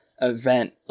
event